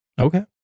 Okay